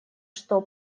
что